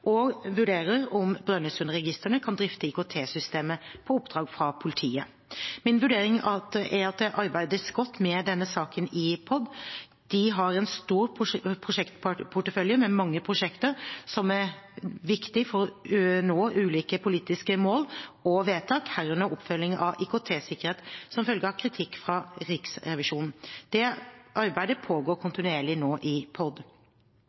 og vurdere om Brønnøysundregistrene kan drifte IKT-systemet på oppdrag fra politiet. Min vurdering er at det arbeides godt med denne saken i POD. De har en stor prosjektportefølje med mange prosjekter som er viktige for å nå ulike politiske mål og vedtak, herunder oppfølging av IKT-sikkerhet som følge av kritikk fra Riksrevisjonen. Dette arbeidet pågår kontinuerlig nå i POD.